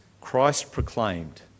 Christ-proclaimed